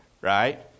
right